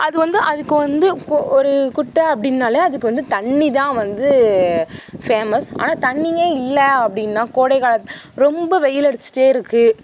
அது வந்து அதுக்கு வந்து இப்போ ஒரு குட்டை அப்படின்னாலே அதுக்கு வந்து தண்ணிதான் வந்து ஃபேமஸ் ஆனால் தண்ணியே இல்லை அப்படின்னா கோடைகாலத்தில் ரொம்ப வெயில் அடிச்சுட்டே இருக்குது